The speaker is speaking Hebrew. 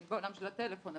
אני בעולם של הטלפון.